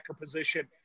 position